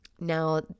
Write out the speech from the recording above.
now